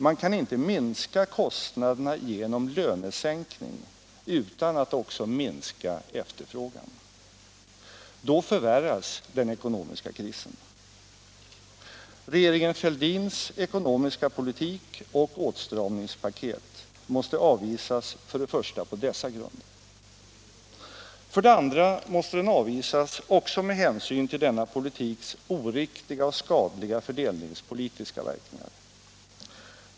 Man kan inte minska kostnaderna genom lönesänkning utan att också minska efterfrågan. Då förvärras den ekonomiska krisen. Regeringen Fälldins ekonomiska politik och åtstramningspaket måste — för det första — avvisas på dessa grunder. För det andra måste den avvisas också med hänsyn till denna politiks oriktiga och skadliga fördelningspolitiska verkningar.